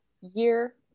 year